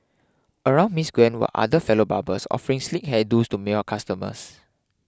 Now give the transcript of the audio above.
around Miss Gwen were other fellow barbers offering sleek hair do's to male customers